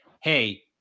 hey